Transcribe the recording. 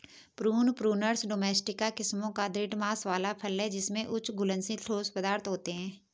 prune, Prunus domestica किस्मों का दृढ़ मांस वाला फल है जिसमें उच्च घुलनशील ठोस पदार्थ होते हैं